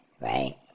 right